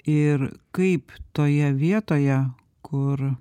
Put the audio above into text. ir kaip toje vietoje kur